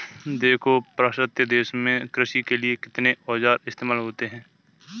देखो पाश्चात्य देशों में कृषि के लिए कितने औजार इस्तेमाल होते हैं